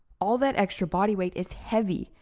all that extra body weight is heavy.